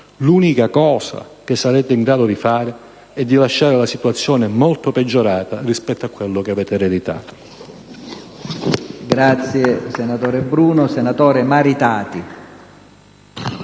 l'unica cosa che sarete in grado di fare è di lasciare la situazione molto peggiorata rispetto a quella che avete ereditato.